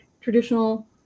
traditional